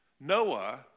Noah